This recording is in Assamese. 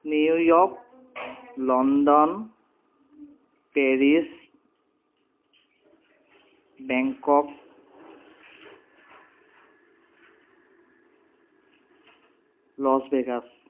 New York London Paris Bangkok Las Vegas